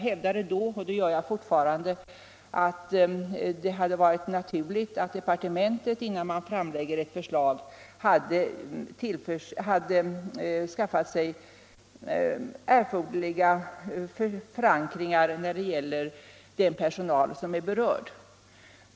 Däremot hade det varit naturligt att departementet, innan regeringen framlägger ett förslag, hade skaffat sig erforderliga förankringar när det gäller den personal som är berörd.